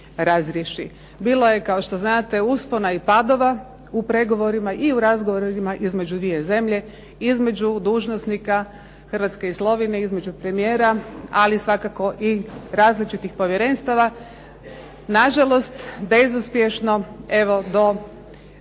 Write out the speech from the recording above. Bilo je kao što znate uspona i padova u pregovorima i razgovorima između dvije zemlje, između dužnosnika Hrvatske i Slovenije, između premijera, ali svakako i različitih povjerenstava. Nažalost, bezuspješno evo do